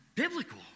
biblical